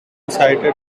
cited